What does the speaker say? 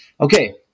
Okay